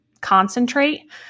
concentrate